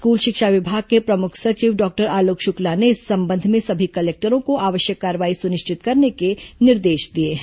school शिक्षा विभाग के प्रमुख सचिव डॉक्टर आलोक शुक्ला ने इस संबंध में सभी कलेक्टरों को आवश्यक कार्रवाई सुनिश्चित करने के निर्देश दिए हैं